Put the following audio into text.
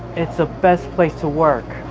it's the best place to work.